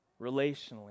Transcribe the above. relationally